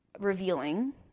revealing